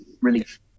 relief